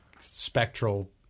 spectral